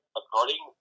according